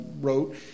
wrote